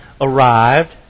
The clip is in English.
arrived